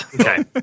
okay